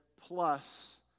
plus